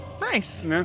Nice